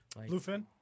Bluefin